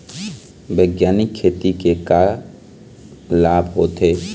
बैग्यानिक खेती के का लाभ होथे?